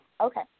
Okay